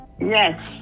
Yes